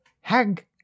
Hag